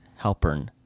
Halpern